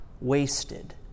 wasted